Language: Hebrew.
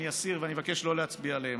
אני אסיר ואני אבקש שלא להצביע עליהן.